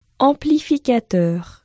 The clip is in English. Amplificateur